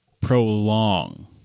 prolong